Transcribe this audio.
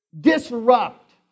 Disrupt